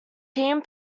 team